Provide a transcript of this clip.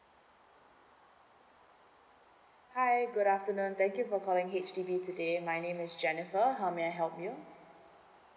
hi good afternoon thank you for calling H_D_B today my name is jennifer how may I help you